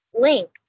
link